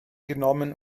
genommen